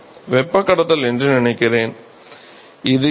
மாணவர் வெப்பக் கடத்தல் என்று நினைக்கிறேன் அது உள்ளது